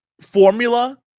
formula